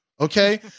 Okay